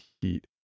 heat